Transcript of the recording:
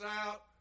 out